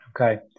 Okay